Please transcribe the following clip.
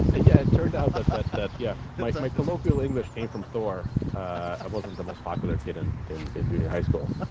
yeah. it turned out ah that yeah my my colloquial english came from thor. i wasn't the most popular kid and in in junior high school.